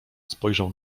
spojrzał